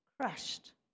crushed